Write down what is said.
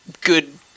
good